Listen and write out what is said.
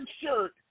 shirt